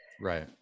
right